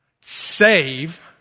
save